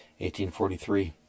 1843